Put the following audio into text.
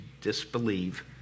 disbelieve